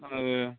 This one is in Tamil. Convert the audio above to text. அது